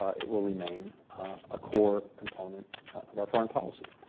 it will remain a core component of our foreign policy.